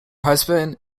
husband